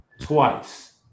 twice